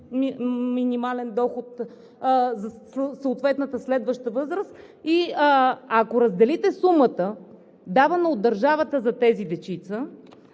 минимален доход за съответната следваща възраст. Ако разделите сумата, давана от държавата за тези дечица,